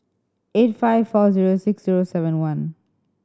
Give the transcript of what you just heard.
eight five four zero six zero seven one